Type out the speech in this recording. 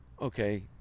okay